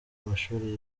amashuri